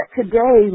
today